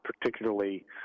particularly –